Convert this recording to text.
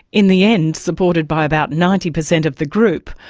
in the end supported by about ninety percent of the group,